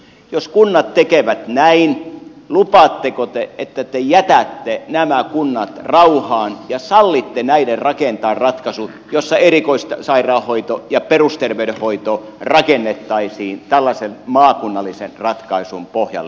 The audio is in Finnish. jos kunnat tekevät näin lupaatteko te että te jätätte nämä kunnat rauhaan ja sallitte näiden rakentaa ratkaisut joissa erikoissairaanhoito ja perusterveydenhoito rakennettaisiin tällaisen maakunnallisen ratkaisun pohjalle